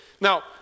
Now